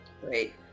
Great